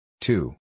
two